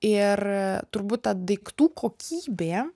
ir turbūt ta daiktų kokybė